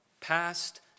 past